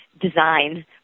design